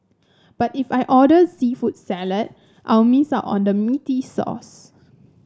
but if I order seafood salad I'll miss out on the meaty sauce